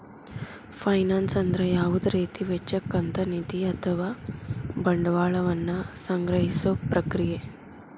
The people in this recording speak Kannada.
ಫೈನಾನ್ಸ್ ಅಂದ್ರ ಯಾವುದ ರೇತಿ ವೆಚ್ಚಕ್ಕ ಅಂತ್ ನಿಧಿ ಅಥವಾ ಬಂಡವಾಳ ವನ್ನ ಸಂಗ್ರಹಿಸೊ ಪ್ರಕ್ರಿಯೆ